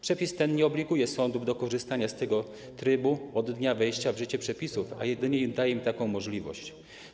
Przepis ten nie obliguje sądów do korzystania z tego trybu od dnia wejścia w życie przepisów, a jedynie im daje im taką możliwość.